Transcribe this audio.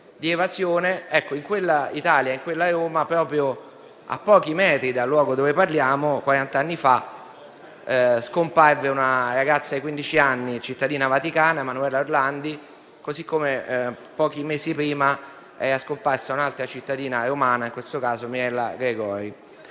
In quell'Italia e in quella Roma, proprio a pochi metri dal luogo in cui parliamo, quarant'anni fa scomparve una ragazza di quindici anni, cittadina vaticana, Emanuela Orlandi, così come pochi mesi prima era scomparsa un'altra cittadina romana, in questo caso Mirella Gregori.